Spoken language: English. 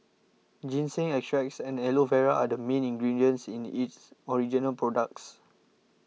ginseng extracts and Aloe Vera are the main ingredients in its original products